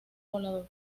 volador